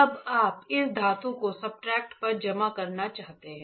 अब आप इस धातु को सब्सट्रेट पर जमा करना चाहते हैं